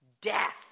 Death